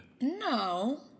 No